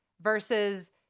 versus